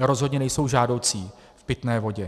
rozhodně nejsou žádoucí v pitné vodě.